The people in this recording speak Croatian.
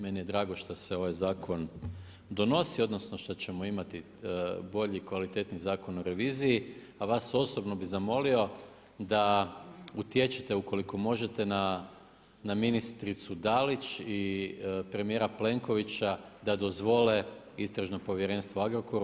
Meni je drago što se ovaj zakon donosi, odnosno što ćemo imati bolji i kvalitetniji Zakon o reviziji, a vas osobno bih zamolio da utječete koliko možete na ministricu Dalić i premijera Plenkovića da dozvole Istražno povjerenstvo o Agrokoru.